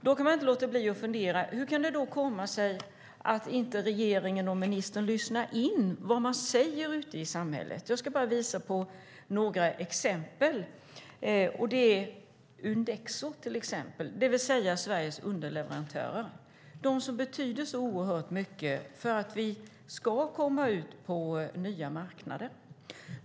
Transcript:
Då kan jag inte låta bli att fundera: Hur kan det komma sig att regeringen och ministern inte lyssnar in vad man säger ute i samhället? Jag ska bara visa på några exempel. Undexo, det vill säga Sveriges underleverantörer, betyder oerhört mycket för att vi ska komma ut på nya marknader.